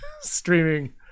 streaming